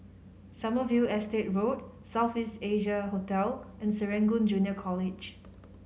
Sommerville Estate Road South East Asia Hotel and Serangoon Junior College